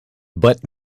but